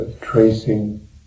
Tracing